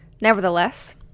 Nevertheless